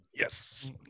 Yes